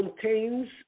contains